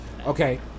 Okay